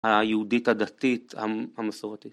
היהודית הדתית המסורתית